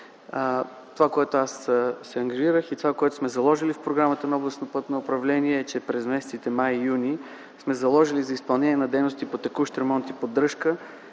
Това, с което се ангажирах, и това, което сме заложили в програмата на Областното пътно управление, е през месеците май и юни да има изпълнение на дейности по текущ ремонт и поддръжка